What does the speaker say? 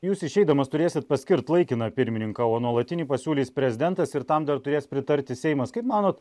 jūs išeidamas turėsit paskirt laikiną pirmininką o nuolatinį pasiūlys prezidentas ir tam dar turės pritarti seimas kaip manot